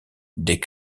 des